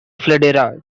florida